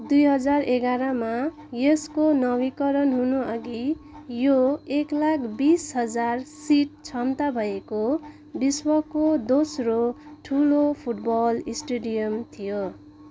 दुई हजार एघारमा यसको नवीकरण हुनु अघि यो एक लाख बिस हजार सिट क्षमता भएको विश्वको दोस्रो ठुलो फुटबल स्टेडियम थियो